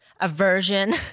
Aversion